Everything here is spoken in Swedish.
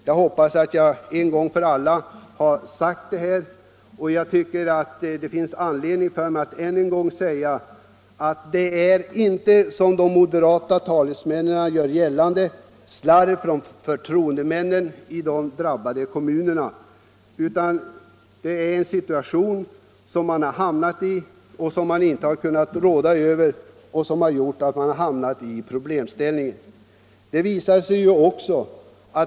Jag har nu en gång för alla, hoppas jag, slagit fast att byresförlusterna inte, som talesmännen för moderaterna gör gällande, beror på slarv av förtroendemännen i de drabbade kommunerna. De har hamnat i en situation som de inte kunnat råda över och som har förorsakat problemen.